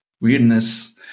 weirdness